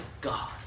God